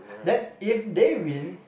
then if they win